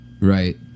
Right